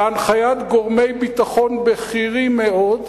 בהנחיית גורמי ביטחון בכירים מאוד,